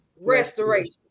restoration